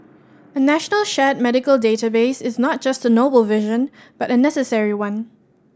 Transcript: a national shared medical database is not just a noble vision but a necessary one